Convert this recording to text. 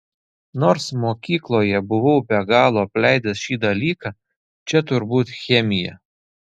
nors mokykloje buvau be galo apleidęs šį dalyką čia turbūt chemija